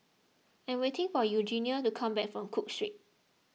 I am waiting for Eugenie to come back from Cook Street